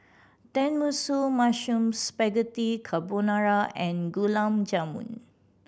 Tenmusu Mushroom Spaghetti Carbonara and Gulab Jamun